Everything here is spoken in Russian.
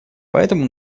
поэтому